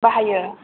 बाहायो